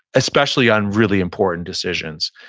especially on really important decisions.